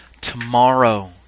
Tomorrow